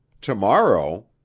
Tomorrow